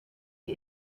die